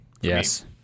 Yes